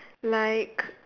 like